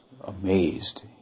amazed